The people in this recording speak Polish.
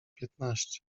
piętnaście